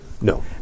No